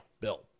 bill